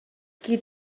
qui